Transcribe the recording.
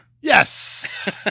Yes